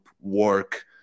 work